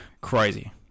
crazy